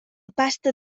pasta